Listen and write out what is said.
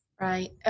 Right